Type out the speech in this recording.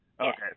Okay